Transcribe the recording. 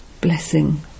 Blessing